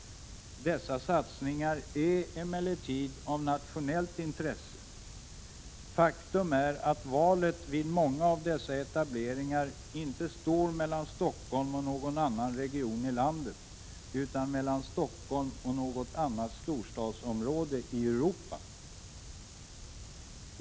Dessa satsningar är emellertid av nationellt intresse. Faktum är att valet vid många av dessa etableringar inte står mellan Stockholm och någon annan region i landet utan mellan Stockholm och något annat storstadsområde i Europa.